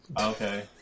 okay